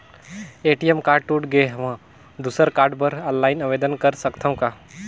ATM card टूट गे हववं दुसर कारड बर ऑनलाइन आवेदन कर सकथव का?